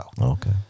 okay